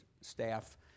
staff